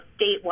statewide